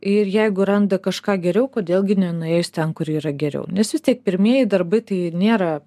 ir jeigu randa kažką geriau kodėl gi nenuėjus ten kur yra geriau nes vis tiek pirmieji darbai tai nėra